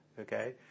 okay